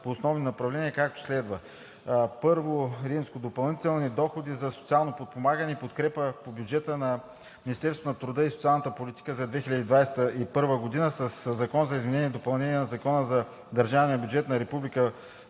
по основни направления, както следва: I. Допълнителни разходи за социално подпомагане и подкрепа по бюджета на Министерството на труда и социалната политика за 2021 г. със Закона за изменение и допълнение на Закона за държавния бюджет на Република